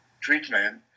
treatment